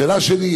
השאלה שלי היא,